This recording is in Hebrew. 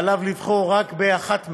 מה שמכונה כפל גמלאות, ועליו לבחור רק באחת מהן.